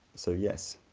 so yes,